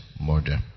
murder